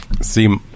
See